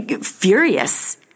furious